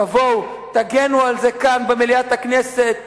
תבואו, תגנו על זה כאן במליאת הכנסת בבוקר,